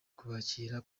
kubakira